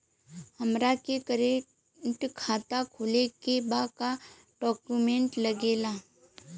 हमारा के करेंट खाता खोले के बा का डॉक्यूमेंट लागेला?